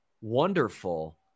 Wonderful